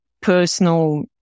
personal